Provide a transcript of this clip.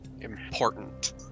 important